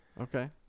okay